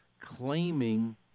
claiming